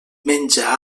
menja